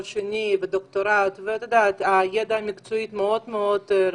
שני ודוקטורט וידע מקצועי מאוד מאוד רחב,